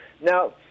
Now